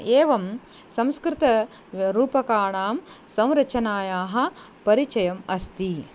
एवं संस्कृत रूपकाणां संरचनायाः परिचयः अस्ति